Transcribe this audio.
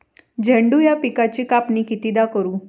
झेंडू या पिकाची कापनी कितीदा करू?